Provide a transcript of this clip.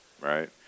Right